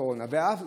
הקורונה.